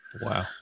Wow